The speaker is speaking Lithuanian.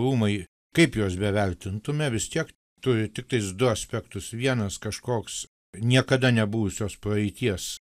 rūmai kaip juos bevertintume vis tiek turi tiktais du aspektus vienas kažkoks niekada nebuvusios praeities